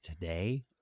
today